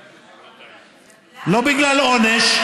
למה, לא בגלל עונש,